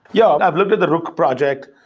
yeah, i've looked at the rook project,